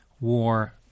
war